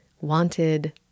wanted